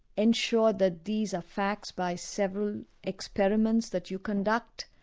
ensure that these are facts by several experiments that you conduct.